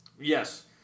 Yes